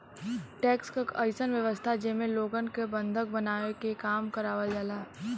tax क अइसन व्यवस्था जेमे लोगन क बंधक बनाके काम करावल जाला